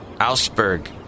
Augsburg